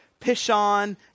Pishon